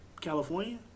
California